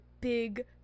big